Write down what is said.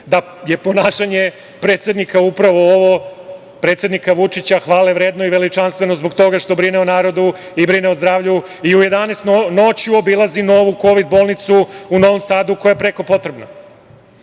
da je ponašanje predsednika upravo ovo, predsednika Vučića hvale vredno i veličanstveno zbog toga što brine o narodu i brine o zdravlju i u 11 noću obilazi novu kovid bolnicu u Novom Sadu, koja je preko potrebna? Samo